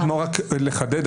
רק לחדד.